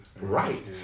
right